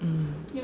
um